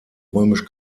römisch